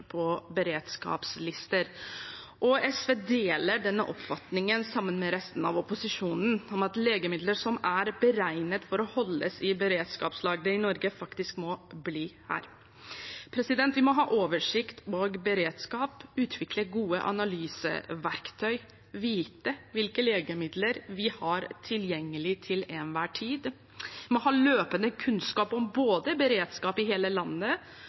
på beredskapslister. SV deler denne oppfatningen, sammen med resten av opposisjonen, om at legemidler som er beregnet for å holdes i beredskapslagre i Norge, faktisk må bli her. Vi må ha oversikt og beredskap, utvikle gode analyseverktøy og vite hvilke legemidler vi har tilgjengelig til enhver tid. Vi må ha løpende kunnskap om beredskap i hele landet